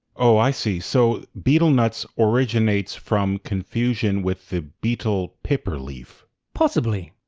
oh i see, so betel nuts originates from confusion with the betel piper leaf? possibly.